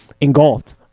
Engulfed